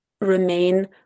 remain